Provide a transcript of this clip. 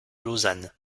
lausanne